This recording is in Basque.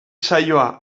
saioa